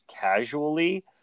casually